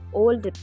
old